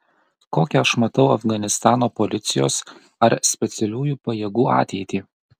kokią aš matau afganistano policijos ar specialiųjų pajėgų ateitį